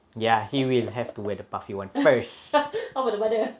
ya he will have to wear the puffy [one] first